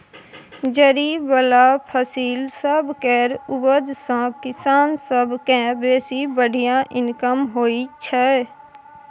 जरि बला फसिल सब केर उपज सँ किसान सब केँ बेसी बढ़िया इनकम होइ छै